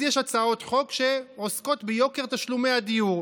אז יש הצעות חוק שעוסקות ביוקר תשלומי הדיור.